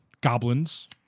goblins